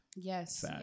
Yes